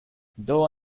though